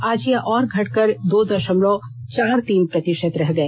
आज यह और घटकर दो दशमलव चार तीन प्रतिशत रह गए